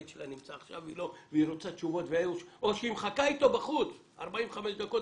עכשיו והיא רוצה תשובות או שהיא מחכה אתו בחוץ 45 דקות